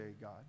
God